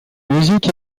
musique